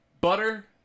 butter